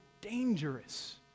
dangerous